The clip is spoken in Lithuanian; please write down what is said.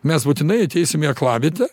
mes būtinai ateisim į aklavietę